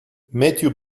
matthew